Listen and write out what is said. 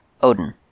Odin